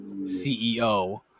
CEO